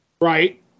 Right